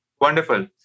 Wonderful